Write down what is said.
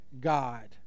God